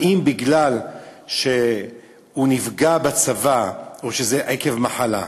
האם בגלל שהוא נפגע בצבא, או שזה עקב מחלה.